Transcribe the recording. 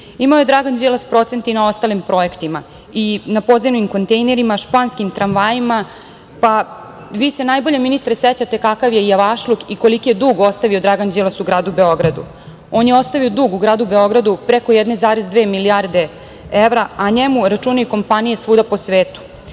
Imao je Dragan Đilas procenat i na ostalim projektima i na podzemnim kontejnerima, španskim tramvajima, pa vi se najbolje, ministre, sećate kakav je javašluk i koliki je dug ostavio Dragan Đilas u gradu Beogradu. On je ostavio dug u gradu Beogradu preko 1,2 milijarde evra, a njemu računi i kompanije svuda po svetu.